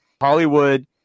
Hollywood